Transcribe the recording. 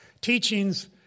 teachings